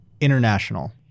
International